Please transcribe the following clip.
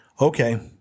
Okay